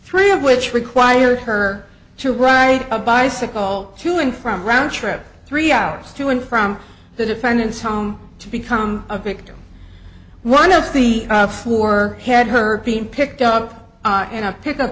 three of which required her to ride a bicycle to and from round trip three hours to and from the defendant's home to become a victim one up the floor had her being picked up in a pickup